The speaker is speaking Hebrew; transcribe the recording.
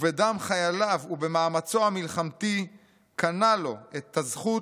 ובדם חייליו ובמאמצו המלחמתי קנה לו את הזכות